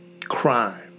Crime